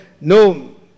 no